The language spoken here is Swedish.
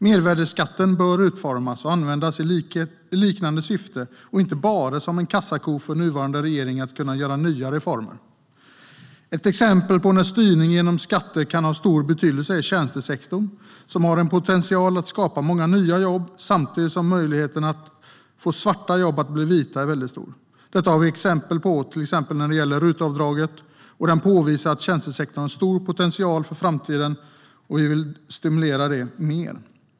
Mervärdesskatten bör utformas och användas i liknande syfte och inte bara som en kassako för nuvarande regering för att kunna göra nya reformer. Ett exempel på när styrning genom skatter kan ha stor betydelse är tjänstesektorn, som har en potential att skapa många nya jobb samtidigt som möjligheten att få svarta jobb att bli vita jobb är väldigt stor. Detta har vi exempel på, bland annat när det gäller RUT-avdraget. Det påvisar att tjänstesektorn har en stor potential för framtiden, och det vill vi stimulera mer.